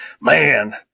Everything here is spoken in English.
man